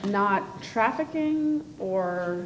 not trafficking or